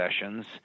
Sessions